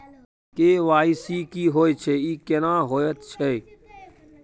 KYC की होय छै, ई केना होयत छै?